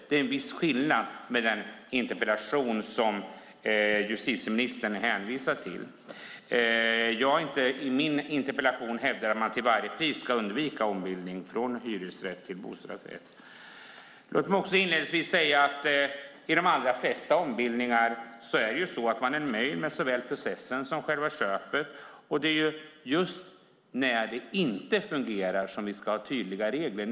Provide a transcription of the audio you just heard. Det är en viss skillnad mot den interpellation som justitieministern hänvisar till. Jag har inte i min interpellation hävdat att man till varje pris ska undvika ombildning av hyresrätt till bostadsrätt. Låt mig inledningsvis säga att i de allra flesta ombildningar är man nöjd med såväl processen som själva köpet. Det är just när det inte fungerar som vi ska ha tydliga regler.